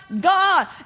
God